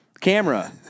camera